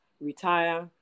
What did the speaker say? retire